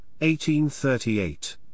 1838